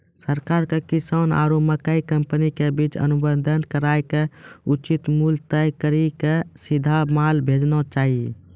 सरकार के किसान आरु मकई कंपनी के बीच अनुबंध कराय के उचित मूल्य तय कड़ी के सीधा माल भेजना चाहिए?